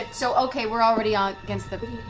so okay, we're already ah against the